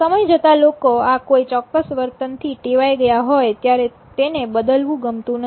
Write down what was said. સમય જતા લોકો આ કોઈ ચોક્કસ વર્તનથી ટેવાઈ ગયા હોય ત્યારે તેને બદલવું ગમતું નથી